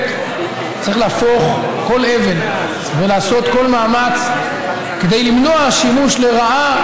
צריך להפוך כל אבן ולעשות כל מאמץ כדי למנוע שימוש לרעה